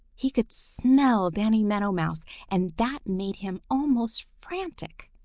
he could smell danny meadow mouse and that made him almost frantic.